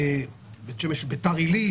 ביתר עלית,